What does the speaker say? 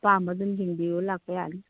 ꯑꯄꯥꯝꯕ ꯑꯗꯨꯝ ꯌꯦꯡꯕꯤꯌꯨ ꯂꯥꯛꯄ ꯌꯥꯅꯤ